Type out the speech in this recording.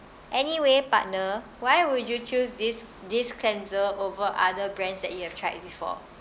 anyway partner why would you choose this this cleanser over other brands that you have tried before